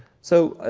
so,